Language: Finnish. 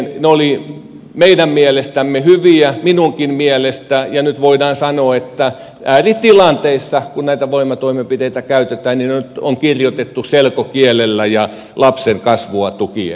ne olivat meidän mielestämme hyviä minunkin mielestäni ja nyt voidaan sanoa että kun ääritilanteissa näitä voimatoimenpiteitä käytetään niin ne on nyt kirjoitettu selkokielellä ja lapsen kasvua tukien